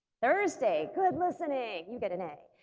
thursday, good listening! you get an a.